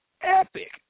epic